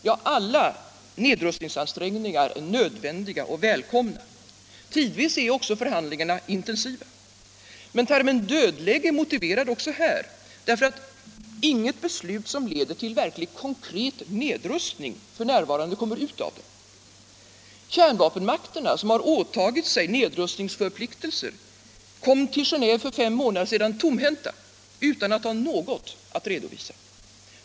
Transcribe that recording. Ja, alla nedrustningsansträngningar är nödvändiga och välkomna. Tidvis är också förhandlingarna intensiva. Men termen dödläge är motiverad även här, därför att inget beslut som leder till verkligt konkret nedrustning f. n. kommer ut av förhandlingarna. Kärnvapenmakterna, som har åtagit sig nedrustningsförpliktelser, kom till Geneve för fem månader sedan tomhänta, utan att ha något att redovisa.